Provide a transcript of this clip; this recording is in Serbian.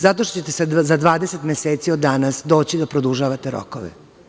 Zato što ćete za 20 meseci od danas doći da produžavate rokove.